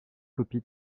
copie